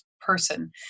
person